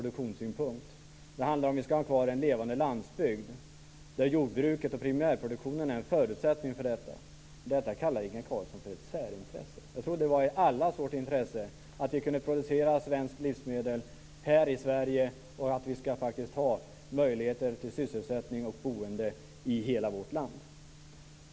Det handlar också om att vi ska ha kvar en levande landsbygd, och för detta är jordbruket och primärproduktionen en förutsättning. Detta kallar Inge Carlsson ett särintresse. Jag trodde att det var i allas vårt intresse att vi kan producera livsmedel här i Sverige och att vi har möjlighet till sysselsättning och boende i hela vårt land.